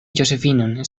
josefinon